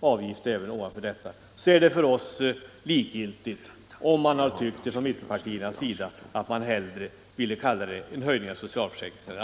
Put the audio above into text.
också ovanför denna gräns. Det är för oss likgiltigt om mittenpartierna hellre vill kalla detta en höjning av arbetsgivaravgiften än en höjning av socialförsäkringsavgiften.